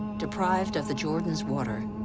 deprived of the jordan's water,